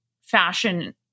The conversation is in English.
fashion